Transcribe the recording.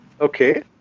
Okay